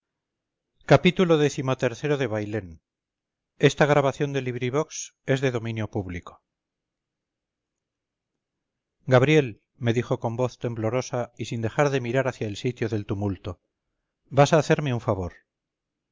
xxiv xxv xxvi xxvii xxviii xxix xxx xxxi xxxii bailén de benito pérez galdós gabriel me dijo con voz temblorosa y sin dejar de mirar hacia el sitio del tumulto vas a hacerme un favor